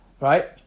right